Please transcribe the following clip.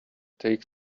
take